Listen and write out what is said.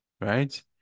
right